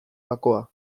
bakoa